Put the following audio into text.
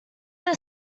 that